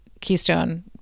Keystone